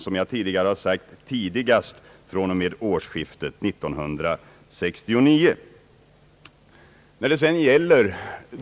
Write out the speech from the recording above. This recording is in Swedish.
Som jag tidigare har sagt skall nedläggningen ske tidigast från och med nästa årsskifte.